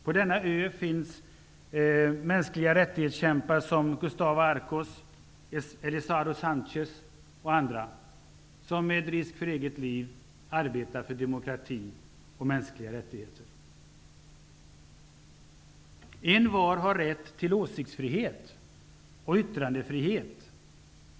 På denna ö finns människor som kämpar för de mänskliga rättigheterna, t.ex. Gustavo Archos, Elizardo Sanchez och andra, och som med risk för eget liv arbetar för demokrati och mänskliga rättigheter. ''Envar har rätt till åsiktsfrihet och yttrandefrihet.